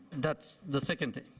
that's the second thing.